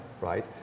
Right